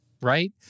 Right